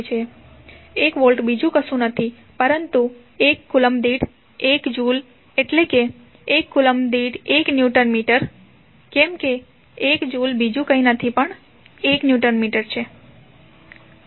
1 volt બીજું કશું નથી પરંતુ 1 કુલંબ દીઠ 1 જુલ એટલે કે 1 કુલંબ દીઠ 1 ન્યુટન મીટર કેમ કે 1 જુલ બીજું કંઈ નથી પણ 1 ન્યુટન મીટર છે